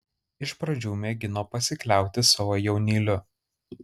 iš pradžių mėgino pasikliauti savo jaunyliu